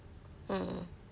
hmm